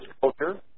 culture